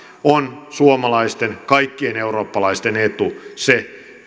on suomalaisten kaikkien eurooppalaisten etu se